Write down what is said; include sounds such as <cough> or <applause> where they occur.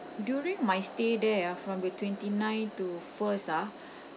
during my stay there ah from the twenty nine to first ah <breath>